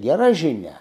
gera žinia